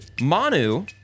Manu